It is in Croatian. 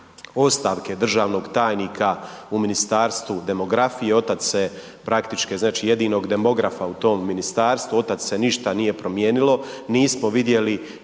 ostavke državnog tajnika u Ministarstvu demografije od tad se praktički, znači jedinog demografa u tom ministarstvu, od tad se ništa nije promijenilo, nismo vidjeli